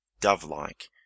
dove-like